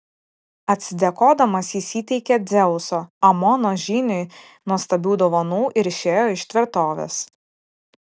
atsidėkodamas jis įteikė dzeuso amono žyniui nuostabių dovanų ir išėjo iš tvirtovės